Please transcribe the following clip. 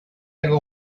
ever